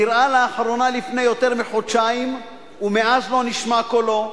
נראה לאחרונה לפני יותר מחודשיים ומאז לא נשמע קולו.